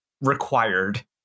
required